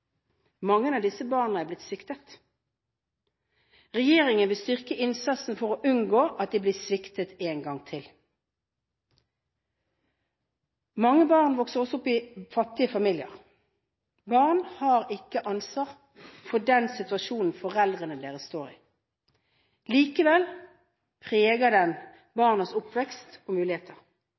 Mange av disse barna er blitt sviktet. Regjeringen vil styrke innsatsen for å unngå at de blir sviktet en gang til. Mange barn vokser også opp i fattige familier. Barn har ikke ansvar for den situasjonen foreldrene deres står i. Likevel preger den barnas oppvekst og muligheter.